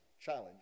challenge